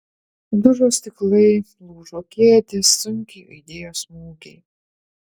dužo stiklai lūžo kėdės sunkiai aidėjo smūgiai